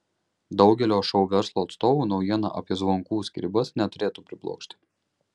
daugelio šou verslo atstovų naujiena apie zvonkų skyrybas neturėtų priblokšti